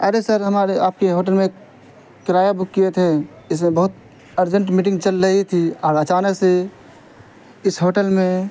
ارے sir ہمارے آپ کے ہوٹل میں کرایہ بک کیے تھے اس میں بہت ارجنٹ میٹنگ چل رہی تھی اور اچانک سے اس ہوٹل میں